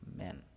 amen